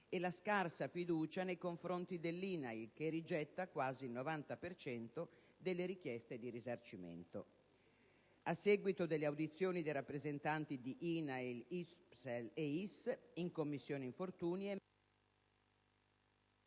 e la scarsa fiducia nei confronti dell'INAIL che rigetta quasi il 90 per cento delle richieste di risarcimento. A seguito delle audizioni dei rappresentanti di INAIL, ISPESL e ISS in Commissione infortuni,